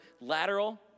lateral